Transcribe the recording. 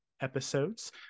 episodes